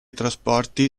trasporti